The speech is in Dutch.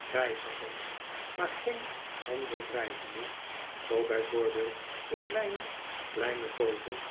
reizigers maar geen handeldrijvende zoo bij voorbeeld de kleine kleine vogel